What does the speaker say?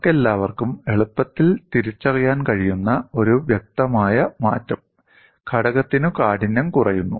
നമുക്കെല്ലാവർക്കും എളുപ്പത്തിൽ തിരിച്ചറിയാൻ കഴിയുന്ന ഒരു വ്യക്തമായ മാറ്റം ഘടകത്തിന്റെ കാഠിന്യം കുറയുന്നു